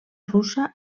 russa